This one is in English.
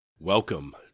welcome